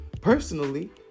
personally